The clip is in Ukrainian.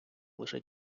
лише